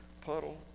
puddle